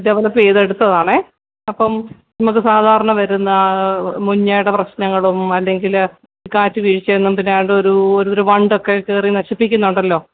develop ചെയ്തെടുത്തതാണ് അപ്പം നമുക്ക് സാധാരണ വരുന്ന മൂഞ്ഞയുടെ പ്രശ്നങ്ങളും അല്ലെങ്കില് കാറ്റുവീഴ്ചയൊന്നും പിന്നെ ഏതാണ്ടൊരു ഒരു വണ്ടൊക്കെ കയറി നശിപ്പിക്കുന്നതുണ്ടല്ലോ